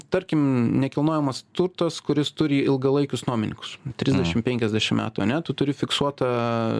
tarkim nekilnojamas turtas kuris turi ilgalaikius nuomininkus trisdešimt penkiasdešimt metų ane tu turi fiksuotą